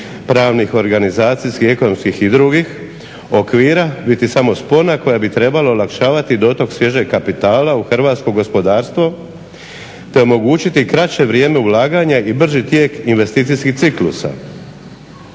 pravnih, organizacijskih, ekonomskih i drugih okvira biti samo spona koja bi trebala olakšavati dotok svježeg kapitala u hrvatsko gospodarstvo te omogućiti kraće vrijeme ulaganja i brži tijek investicijskih ciklusa.